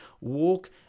Walk